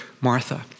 Martha